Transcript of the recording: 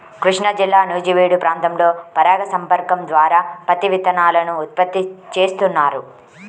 కృష్ణాజిల్లా నూజివీడు ప్రాంతంలో పరాగ సంపర్కం ద్వారా పత్తి విత్తనాలను ఉత్పత్తి చేస్తున్నారు